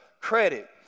credit